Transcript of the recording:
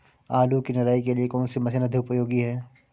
आलू की निराई के लिए कौन सी मशीन अधिक उपयोगी है?